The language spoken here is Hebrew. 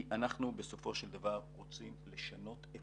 כי אנחנו בסופו של דבר רוצים לשנות את